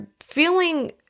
feeling